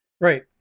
right